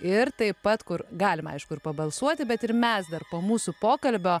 ir taip pat kur galima aišku ir pabalsuoti bet ir mes dar po mūsų pokalbio